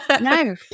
no